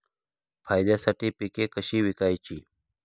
फायद्यासाठी पिके कशी विकायची?